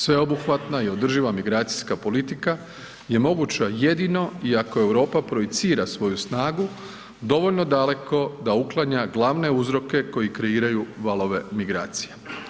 Sveobuhvatna i održiva migracijska politika je moguća jedino i ako Europa projicira svoju snagu dovoljno daleko da uklanja glavne uzroke koji kreiraju valove migracije.